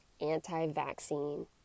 anti-vaccine